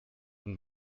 und